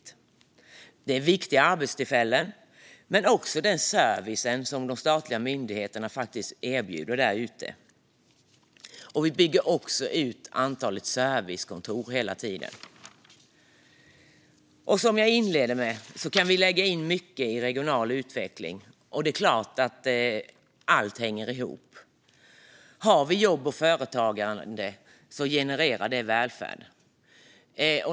Det handlar om viktiga arbetstillfällen, men också den service som de statliga myndigheterna erbjuder är viktig. Vi bygger också hela tiden ut antalet servicekontor. Som jag sa i min inledning kan vi lägga in mycket i regional utveckling, och det är klart att allt hänger ihop. Har vi jobb och företagande genererar det välfärd.